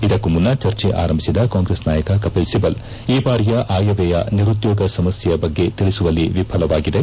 ಇದಕ್ಕೂ ಮುನ್ನ ಚರ್ಚೆ ಆರಂಭಿಸಿದ ಕಾಂಗ್ರೆಸ್ ನಾಯಕ ಕಪಿಲ್ ಸಿಬಲ್ ಈ ಬಾರಿಯ ಆಯವ್ನಯ ನಿರುದ್ನೋಗ ಸಮಸ್ಥೆಯ ಬಗ್ಗೆ ತಿಳಿಸುವಲ್ಲಿ ವಿಫಲವಾಗಿದೆ